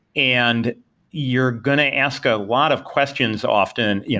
and you're going to ask a lot of questions often, yeah